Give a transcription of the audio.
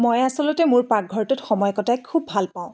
মই আচলতে মোৰ পাকঘৰটোত সময় কটাই খুব ভাল পাওঁ